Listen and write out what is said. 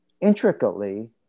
intricately